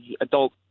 adult